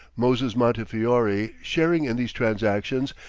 moses montefiore, sharing in these transactions,